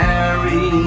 Harry